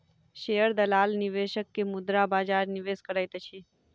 share दलाल निवेशक के मुद्रा बजार निवेश करैत अछि